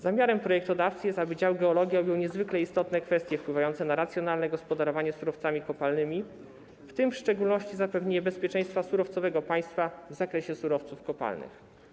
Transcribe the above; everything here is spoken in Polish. Zamiarem projektodawcy jest, aby dział geologia objął niezwykle istotne kwestie wpływające na racjonalne gospodarowanie surowcami kopalnymi, w tym w szczególności zapewnienie bezpieczeństwa surowcowego państwa w zakresie surowców kopalnych.